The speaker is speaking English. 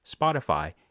Spotify